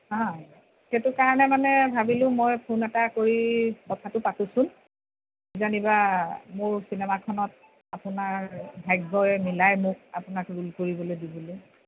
সেইটো কাৰণে মানে ভাবিলোঁ মই ফোন এটা কৰি কথাটো পাতোচোন কিজানিবা মোৰ চিনেমাখনত আপোনাৰ ভাগ্যই মিলাই মোক আপোনাক ৰোল কৰিবলৈ দিবলৈ